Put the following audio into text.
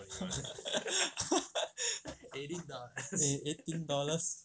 eighteen dollars